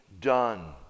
done